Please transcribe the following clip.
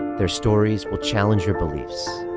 their stories will challenge your beliefs,